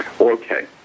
okay